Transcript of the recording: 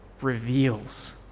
reveals